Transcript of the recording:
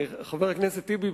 חבר הכנסת טיבי,